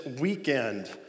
Weekend